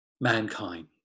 Mankind